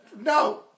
No